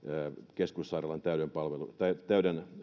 keskussairaalan täyden